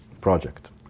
project